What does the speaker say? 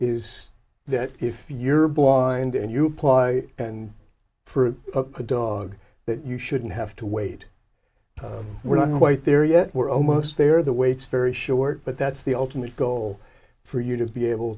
is that if you're blind and you apply and for a dog that you shouldn't have to wait we're not quite there yet we're almost there the way it's very short but that's the ultimate goal for you to be able